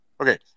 Okay